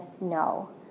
No